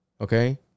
okay